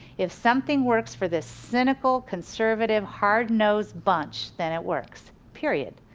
if something works for this cynical, conservative, hard-nosed bunch, then it works, period.